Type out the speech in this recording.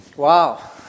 Wow